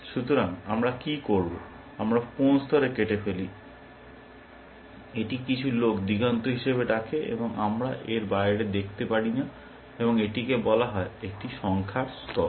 সুতরাং আমরা কি করব আমরা কোন স্তরে কেটে ফেলি এটিকে কিছু লোক দিগন্ত হিসাবে ডাকে আমরা এর বাইরে দেখতে পারি না এবং এটিকে বলা হয় একটি সংখ্যার স্তর